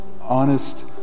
honest